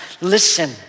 Listen